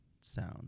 sound